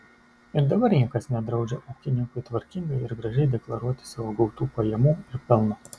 ir dabar niekas nedraudžia ūkininkui tvarkingai ir gražiai deklaruoti savo gautų pajamų ir pelno